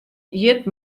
hjit